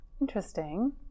Interesting